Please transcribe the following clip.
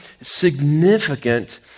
significant